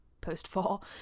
post-fall